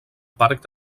parc